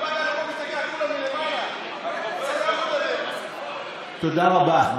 מסתכל על כולם מלמעלה, תודה רבה.